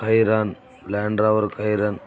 హైరాన్ Land Rover హైరన్